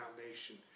foundation